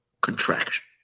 contraction